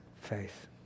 faith